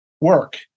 work